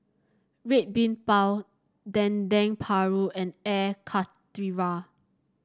Red Bean Bao Dendeng Paru and Air Karthira